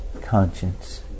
conscience